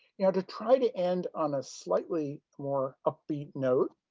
you know to try to end on a slightly more upbeat note,